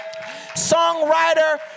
Songwriter